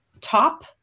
top